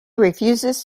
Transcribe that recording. refuses